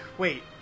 Wait